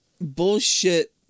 bullshit